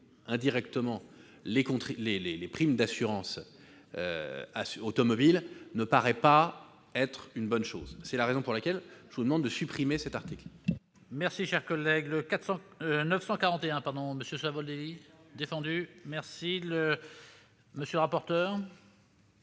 indirectement les cotisations d'assurance automobile ne paraît pas être une bonne chose. C'est pourquoi je vous demande de supprimer cet article.